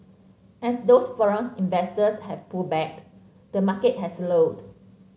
as those foreign investors have pulled back the market has slowed